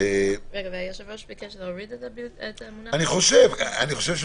--- אני חושב שהוא